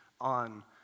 on